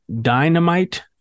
Dynamite